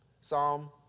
Psalm